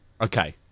Okay